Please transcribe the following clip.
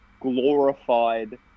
glorified